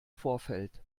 vorfeld